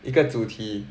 一个主题